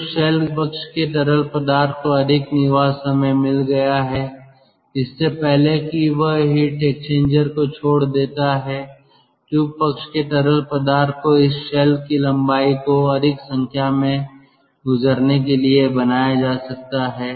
तो उस शेल पक्ष के तरल पदार्थ को अधिक निवास समय मिल गया है इससे पहले कि वह हीट एक्सचेंजर को छोड़ देता है ट्यूब पक्ष के तरल पदार्थ को इस शेल की लंबाई को अधिक संख्या में गुजरने के लिए बनाया जा सकता है